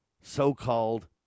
so-called